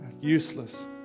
useless